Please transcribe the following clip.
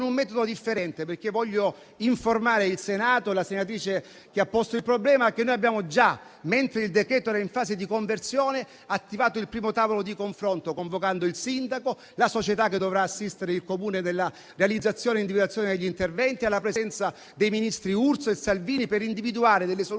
un metodo differente. Voglio informare il Senato e la senatrice che ha posto il problema che noi abbiamo già, mentre il decreto era in fase di conversione, attivato il primo tavolo di confronto, convocando il sindaco e la società che dovrà assistere il Comune nella realizzazione e individuazione degli interventi, alla presenza dei ministri Urso e Salvini per individuare delle soluzioni